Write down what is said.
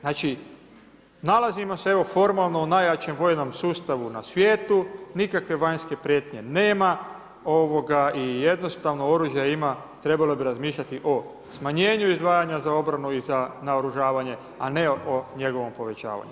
Znači, nalazimo se evo, formalno u najjačem vojnom sustavu na svijetu, nikakve vanjske prijetnje nema i jednostavno oružja ima, trebalo bi razmišljati o smanjenju izdvajanja za obranu i za naoružavanje, a ne o njegovom povećavanju.